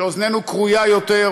שאוזננו כרויה יותר,